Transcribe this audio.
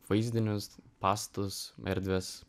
vaizdinius pastatus erdves